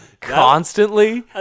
constantly